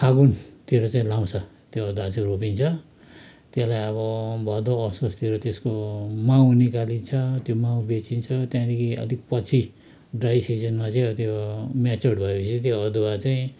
फागुनतिर चाहिँ लगाउँछ त्यो अदुवा चाहिँ रोपिन्छ त्यसलाई अब भदौ असोजतिर त्यसको माउ निकालिन्छ त्यो माउ बेचिन्छ त्यहाँदेखि त्यो पछि ड्राई सिजनमा चाहिँ त्यो मेच्युर्ड भएपछि चाहिँ त्यो अदुवा चाहिँ